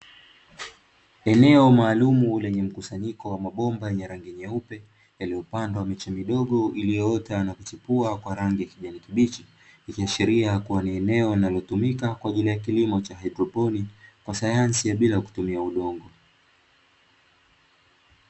Eneo maalumu lenye mkusanyiko wa mabomba yenye rangi nyeupe, iliyopandwa miche midogo iliyoota na kuchepua kwa rangi ya kijani kibichi, ikiashiria kuwa ni eneo linalotumika kwa ajili ya kilimo cha haidroponi kwa sayansi ya bila kutumia udongo.